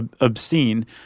obscene